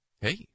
Hey